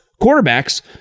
quarterbacks